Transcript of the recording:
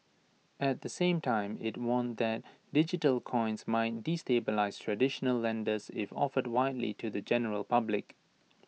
at the same time IT warned that digital coins might destabilise traditional lenders if offered widely to the general public